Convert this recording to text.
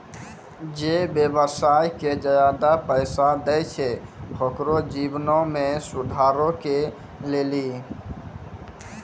जे व्यवसाय के ज्यादा पैसा दै छै ओकरो जीवनो मे सुधारो के लेली